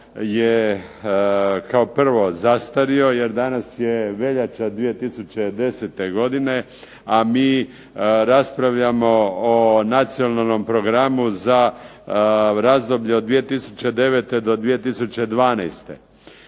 je kao prvo zastario jer danas je veljača 2010. godine, a mi raspravljamo o Nacionalnom programu za razdoblje od 2009. do 2012. Štoviše,